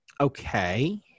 Okay